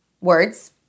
words